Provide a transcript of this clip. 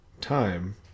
Time